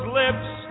lips